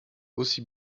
aussi